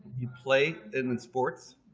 you play in in sports